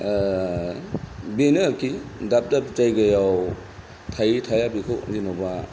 बेनो आरो दाब दाब जायगायाव थायो थाया बेखौ जेनबा